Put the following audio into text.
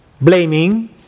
blaming